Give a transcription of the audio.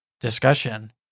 discussion